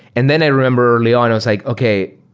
and then i remember later on i was like, okay,